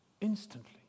Instantly